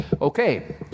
Okay